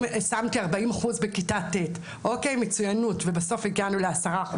אם שמת לי 40% בכיתה ט' מצוינות ובסוף הגענו ל-10%?